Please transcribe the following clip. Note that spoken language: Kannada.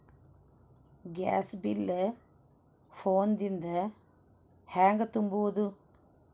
ಗ್ಯಾಸ್ ಬಿಲ್ ಫೋನ್ ದಿಂದ ಹ್ಯಾಂಗ ತುಂಬುವುದು?